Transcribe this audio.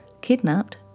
Kidnapped